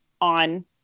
on